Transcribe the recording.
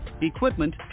equipment